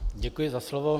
Děkuji za slovo.